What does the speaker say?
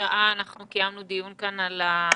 כשעה אנחנו קיימנו דיון כאן על החינוך,